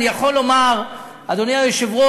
אני יכול לומר, אדוני היושב-ראש,